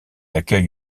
accueille